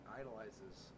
idolizes